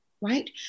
right